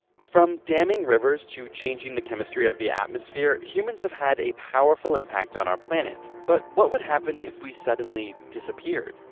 from damming rivers to changing the chemistry of the atmosphere, humans have had a powerful impact on our planet. but what would happen if we suddenly disappeared?